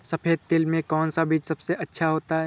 सफेद तिल में कौन सा बीज सबसे अच्छा होता है?